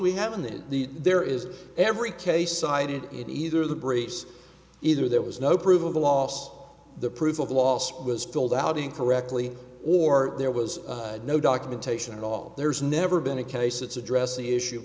the there is every case cited in either the briefs either there was no provable loss the proof of lost was filled out incorrectly or there was no documentation at all there's never been a case it's address the issue